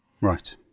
right